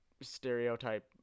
stereotype